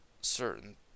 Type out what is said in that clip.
certain